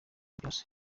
byose